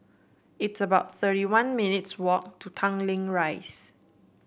it's about thirty one minutes' walk to Tanglin Rise